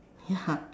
ya